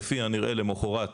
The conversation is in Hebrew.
כפי הנראה למוחרת